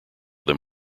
them